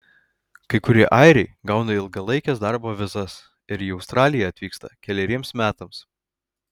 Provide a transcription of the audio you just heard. kai kurie airiai gauna ilgalaikes darbo vizas ir į australiją atvyksta keleriems metams